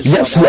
Yes